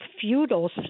feudal